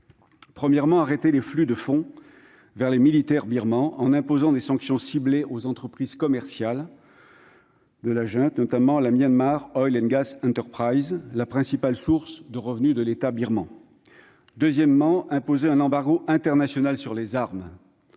Premièrement, arrêter les flux de fonds vers les militaires birmans, en imposant des sanctions ciblées aux entreprises commerciales de la junte, notamment la, principale source de revenus de l'État birman. Deuxièmement, imposer un embargo international sur les armes.